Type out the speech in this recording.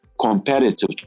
competitive